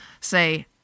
Say